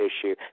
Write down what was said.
issue